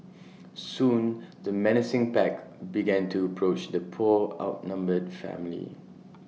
soon the menacing pack began to approach the poor outnumbered family